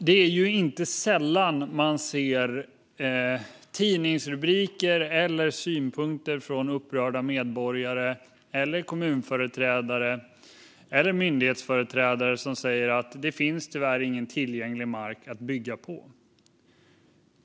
Det är inte sällan man ser tidningsrubriker eller synpunkter från upprörda medborgare, kommunföreträdare eller myndighetsföreträdare om att det tyvärr inte finns någon tillgänglig mark att bygga på.